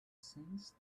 sings